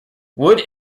wood